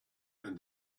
and